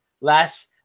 last